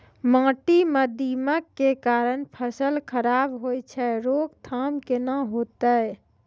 माटी म दीमक के कारण फसल खराब होय छै, रोकथाम केना होतै?